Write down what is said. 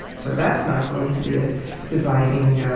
so that's not going to be a dividing